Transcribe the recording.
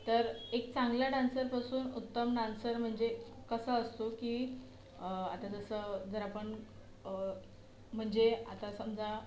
तर एक चांगला डान्सरपासून उत्तम डान्सर म्हणजे कसा असतो की आता जसं जर आपण म्हणजे आता समजा